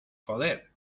joder